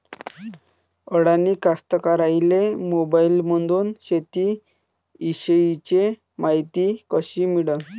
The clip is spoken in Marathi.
अडानी कास्तकाराइले मोबाईलमंदून शेती इषयीची मायती कशी मिळन?